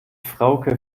frauke